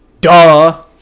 Duh